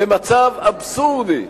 במצב אבסורדי,